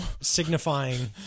signifying